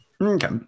Okay